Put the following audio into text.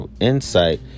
insight